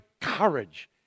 courage